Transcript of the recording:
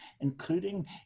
including